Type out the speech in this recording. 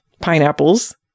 pineapples